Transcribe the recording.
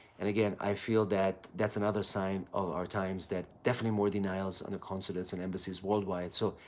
and again, i feel that that's another sign of our times that definitely more denials on the consulates and embassies worldwide. so,